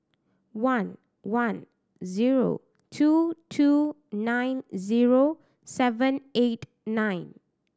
one one zero two two nine zero seven eight nine